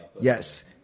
Yes